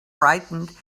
frightened